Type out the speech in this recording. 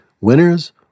winners